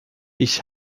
ich